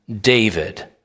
David